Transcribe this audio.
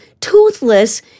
toothless